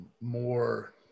more